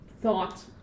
thought